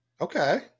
okay